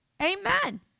Amen